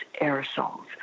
aerosols